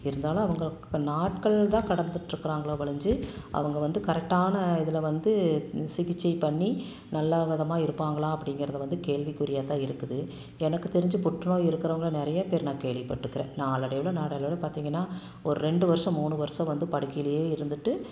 இருந்தாலும் அவங்களுக்கு நாட்கள் தான் கடந்துகிட்ருக்கறாங்களோ ஒழிந்து அவங்க வந்து கரெக்டான இதில் வந்து சிகிச்சை பண்ணி நல்ல விதமாக இருப்பாங்களா அப்படிங்கிறத வந்து கேள்வி குறியாக தான் இருக்குது எனக்கு தெரிந்து புற்றுநோய் இருக்கிறவங்கள நிறையா பேர் நான் கேள்வி பட்டுக்கிறேன் நாள் அடைவில் நாள் அடைவில் பார்த்திங்கன்னா ஒரு ரெண்டு வருஷம் மூணு வருஷம் வந்து படுக்கையிலையே இருந்துகிட்டு